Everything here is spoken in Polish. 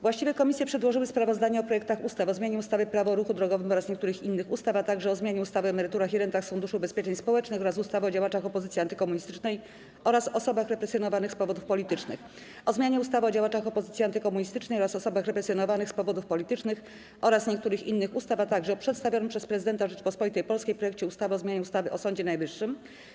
Właściwe komisje przedłożyły sprawozdania o projektach ustaw: - o zmianie ustawy Prawo o ruchu drogowym oraz niektórych innych ustaw, - o zmianie ustawy o emeryturach i rentach z Funduszu Ubezpieczeń Społecznych oraz ustawy o działaczach opozycji antykomunistycznej oraz osobach represjonowanych z powodów politycznych, - o zmianie ustawy o działaczach opozycji antykomunistycznej oraz osobach represjonowanych z powodów politycznych oraz niektórych innych ustaw, - o przedstawionym przez Prezydenta Rzeczypospolitej Polskiej projekcie ustawy o zmianie ustawy o Sądzie Najwyższym.